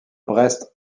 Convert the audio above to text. brest